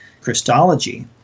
Christology